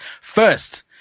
First